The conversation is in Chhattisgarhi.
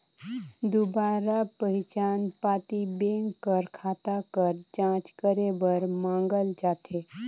दुबारा पहिचान पाती बेंक कर खाता कर जांच करे बर मांगल जाथे